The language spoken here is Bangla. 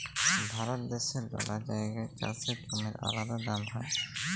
ভারত দ্যাশের লালা জাগায় চাষের জমির আলাদা দাম হ্যয়